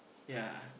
yeah